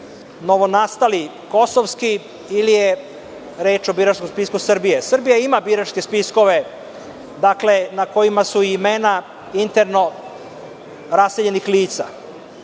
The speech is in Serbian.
novonastali kosovski ili je reč o biračkom spisku Srbije? Srbija ima biračke spiskove, na kojima su imena interno raseljenih lica.